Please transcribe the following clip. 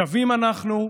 שווים אנחנו,